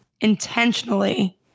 intentionally